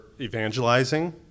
evangelizing